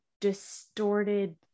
distorted